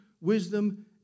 wisdom